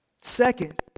Second